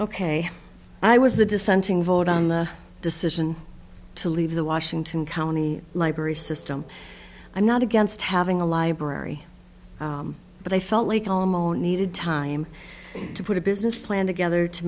ok i was the dissenting vote on the decision to leave the washington county library system i'm not against having a library but i felt like alamo needed time to put a business plan together to